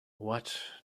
what